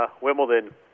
Wimbledon